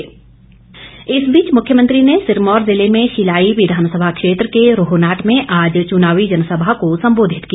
मुख्यमंत्री इस बीच मुख्यमंत्री ने सिरमौर जिले में शिलाई विधानसभा क्षेत्र के रोहनाट में आज चुनावी जनसभा को संबोधित किया